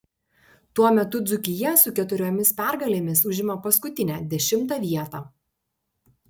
tuo metu dzūkija su keturiomis pergalėmis užima paskutinę dešimtą vietą